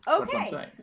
Okay